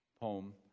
poem